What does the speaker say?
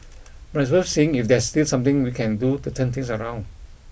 but it's worth seeing if there's still something we can do to turn things around